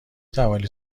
توانید